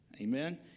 Amen